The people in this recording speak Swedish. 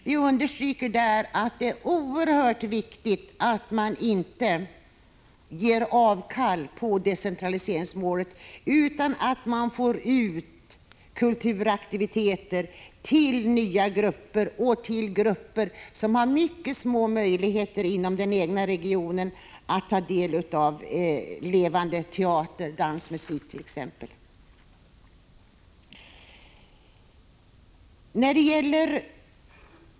Vi understryker i reservationen att det är oerhört viktigt att man inte ger avkall på decentraliseringsmålet, utan att man ser till att kulturaktiviteter förs ut till nya grupper och till grupper som har mycket små möjligheter att inom den egna regionen ta del av t.ex. levande teater, dans och musik.